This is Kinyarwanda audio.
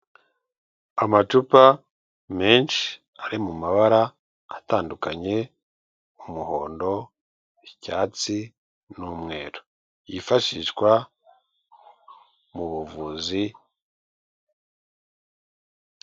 Amacupa menshi ari mu mabara atandukanye, umuhondo, icyatsi, n'umweru, yifashishwa mubuvuzi.